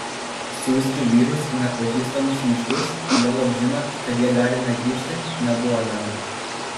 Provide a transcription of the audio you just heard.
siųsti vyrus į nepažįstamus miškus juolab žinant kad jie gali negrįžti nebuvo lengva